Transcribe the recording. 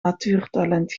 natuurtalent